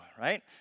right